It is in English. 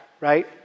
right